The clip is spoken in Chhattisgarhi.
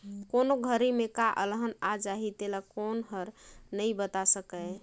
कोन घरी में का अलहन आ जाही तेला कोनो हर नइ बता सकय